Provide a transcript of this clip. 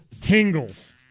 tingles